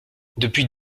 depuis